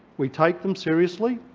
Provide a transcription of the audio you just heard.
we take them seriously,